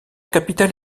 capitale